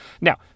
Now